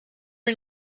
are